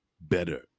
better